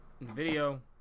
video